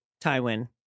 Tywin